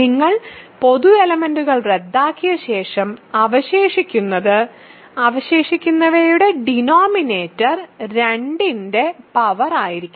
നിങ്ങൾ പൊതു എലെമെന്റ്കൾ റദ്ദാക്കിയ ശേഷം അവശേഷിക്കുന്നത് അവശേഷിക്കുന്നവയുടെ ഡിനോമിനേറ്റർ 2 ന്റെ പവർ ആയിരിക്കണം